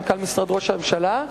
מנכ"ל משרד ראש הממשלה,